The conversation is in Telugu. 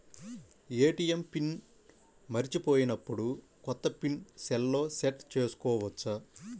ఏ.టీ.ఎం పిన్ మరచిపోయినప్పుడు, కొత్త పిన్ సెల్లో సెట్ చేసుకోవచ్చా?